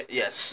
yes